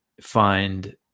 find